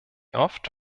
oft